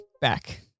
Back